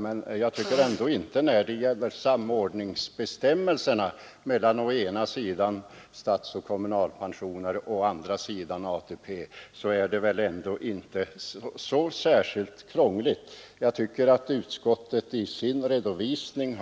Men samordningsbestämmelserna mellan å ena sidan statsoch kommunalpensioner och å andra sidan ATP är väl ändå inte så särskilt krångliga. Jag tycker att utskottet i sin redovisning